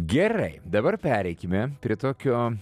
gerai dabar pereikime prie tokio